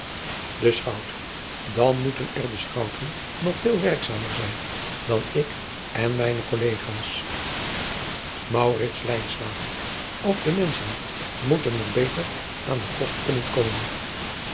e chout an moeten er de chouten nog veel werkzamer zijn dan ik en mijne kollega s f de menschen moeten er beter aan den kost kunnen komen